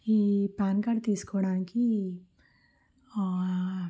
ఈ PAN card తీసుకోవడానికి